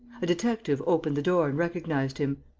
a detective opened the door and recognized him